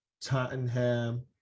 Tottenham